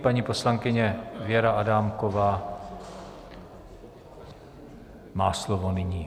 Paní poslankyně Věra Adámková má slovo nyní.